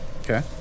Okay